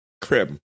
Crib